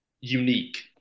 unique